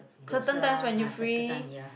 certain times when you free